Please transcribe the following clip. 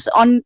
on